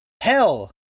hell